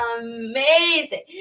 amazing